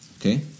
Okay